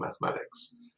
mathematics